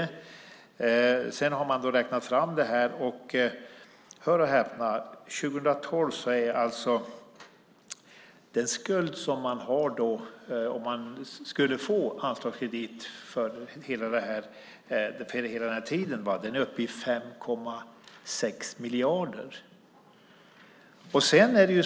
Sedan har man räknat fram att den skuld som man har 2012, om man skulle få anslagskredit för hela denna tid, är uppe i 5,6 miljarder.